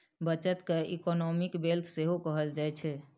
बचत केँ economic wealth सेहो कहल जाइ छै